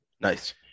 Nice